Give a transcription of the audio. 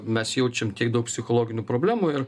mes jaučiam tiek daug psichologinių problemų ir